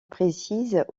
précise